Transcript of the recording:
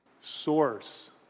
source